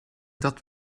dat